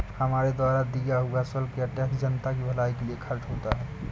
हमारे द्वारा दिया हुआ शुल्क या टैक्स जनता की भलाई के लिए खर्च होता है